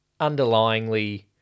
underlyingly